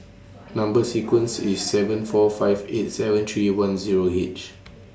Number sequence IS seven four five eight seven three one Zero H